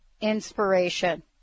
inspiration